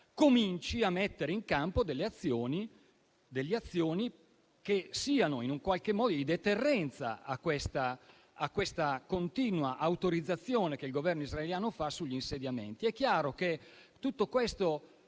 cominci a mettere in campo delle azioni di deterrenza a questa continua autorizzazione che il Governo israeliano concede sugli insediamenti. È chiaro che tutto questo